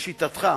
לשיטתך,